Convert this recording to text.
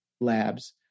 Labs